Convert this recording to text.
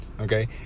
okay